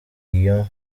lyon